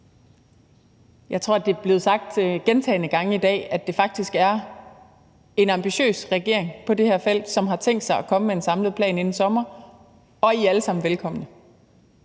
Jeg tror, det er blevet sagt gentagne gange i dag, at det faktisk er en ambitiøs regering på det her felt, som har tænkt sig at komme med en samlet plan inden sommer, og at I alle sammen er velkomne.